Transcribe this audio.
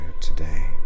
today